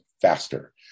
faster